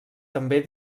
també